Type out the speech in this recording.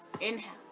Inhale